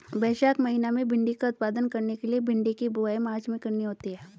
वैशाख महीना में भिण्डी का उत्पादन करने के लिए भिंडी की बुवाई मार्च में करनी होती है